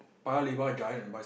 Paya-Lebar Giant and buy some